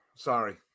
Sorry